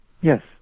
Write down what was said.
yes